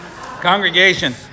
Congregation